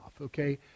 okay